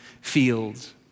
fields